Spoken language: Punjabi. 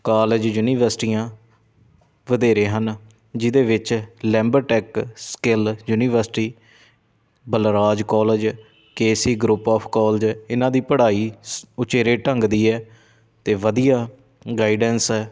ਕਾਲਜ ਯੂਨੀਵਰਸਿਟੀਆਂ ਵਧੇਰੇ ਹਨ ਜਿਹਦੇ ਵਿੱਚ ਲੈਂਬਰ tech skill university Balraj college K C group of college ਇਹਨਾਂ ਦੀ ਪੜ੍ਹਾਈ ਸ ਉਚੇਰੇ ਢੰਗ ਦੀ ਹੈ ਅਤੇ ਵਧੀਆ ਗਾਈਡੈਂਸ ਹੈ